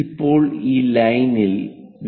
ഇപ്പോൾ ഈ ലൈനിൽ വി